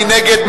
מי נגד?